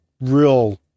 real